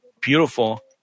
beautiful